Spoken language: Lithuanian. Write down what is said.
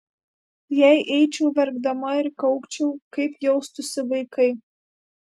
jei eičiau verkdama ir kaukčiau kaip jaustųsi vaikai